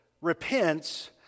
repents